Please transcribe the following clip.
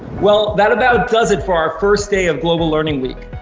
well, that about does it for our first day of global learning week.